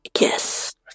Yes